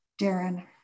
Darren